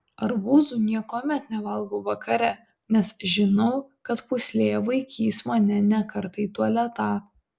arbūzų niekuomet nevalgau vakare nes žinau kad pūslė vaikys mane ne kartą į tualetą